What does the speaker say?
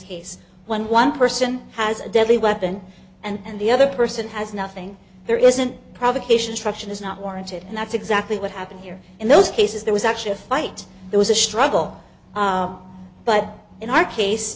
case when one person has a deadly weapon and the other person has nothing there isn't provocation struction is not warranted and that's exactly what happened here in those cases there was actually a fight there was a struggle but in our